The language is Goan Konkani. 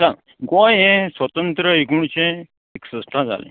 सांग गोंय हें स्वतंत्र एकोणिशें एकसश्टा जालें